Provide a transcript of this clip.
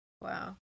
Wow